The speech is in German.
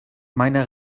meine